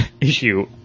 Issue